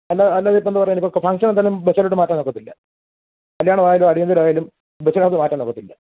അല്ല അല്ലാതിപ്പോൾ എന്ത് പറയാനാണ് ഇപ്പോൾ ഫങ്ക്ഷനെന്തായാലും ബസ്സിലോട്ട് മാറ്റാനൊക്കത്തില്ല കല്യാണമായാലും അടിയന്തരമായാലും ബസ്സിനകത്ത് മാറ്റാനൊക്കത്തില്ല